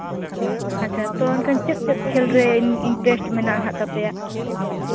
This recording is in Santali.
ᱟᱪᱪᱷᱟ ᱛᱚ ᱮᱱᱠᱷᱟᱱ ᱪᱮᱫ ᱪᱮᱫ ᱠᱷᱮᱞ ᱨᱮ ᱤᱱᱴᱟᱨᱮᱹᱥᱴ ᱢᱮᱱᱟᱜ ᱟᱠᱟᱫ ᱛᱟᱯᱮᱭᱟ